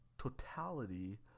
totality